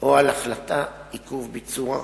או על החלטת עיכוב ביצוע.